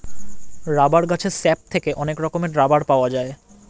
rubber গাছের sap থেকে অনেক রকমের রাবার পাওয়া যায়